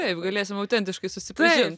taip galėsim autentiškai susipažint